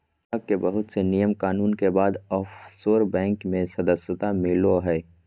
गाहक के बहुत से नियम कानून के बाद ओफशोर बैंक मे सदस्यता मिलो हय